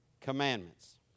Commandments